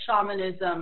shamanism